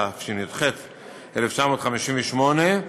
התשי"ח 1958,